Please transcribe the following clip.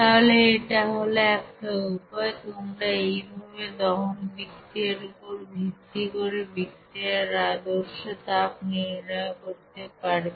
তাহলে এটা হল একটা উপায় তোমরা এই ভাবে দহন বিক্রিয়ার উপর ভিত্তি করে বিক্রিয়ার আদর্শ তাপ নির্ণয় করতে পারবে